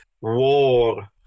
war